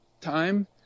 time